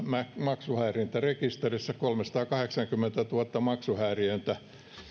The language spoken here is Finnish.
maksuhäirintärekisterissä kolmesataakahdeksankymmentätuhatta maksuhäiriöistä